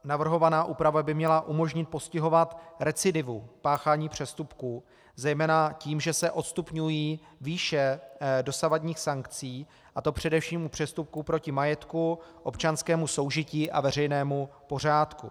Navrhovaná úprava by měla umožnit postihovat recidivu páchání přestupků zejména tím, že se odstupňují výše dosavadních sankcí, a to především u přestupků u majetku, proti občanskému soužití a veřejnému pořádku.